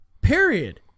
Period